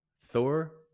Thor